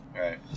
Right